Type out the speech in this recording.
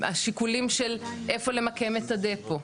השיקולים של איפה למקם את הדפו.